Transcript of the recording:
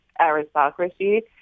aristocracy